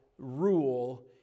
rule